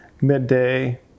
Midday